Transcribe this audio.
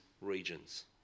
regions